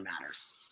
matters